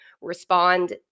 respond